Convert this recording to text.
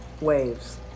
waves